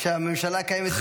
רק שהממשלה קיימת שנתיים, כן?